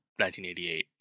1988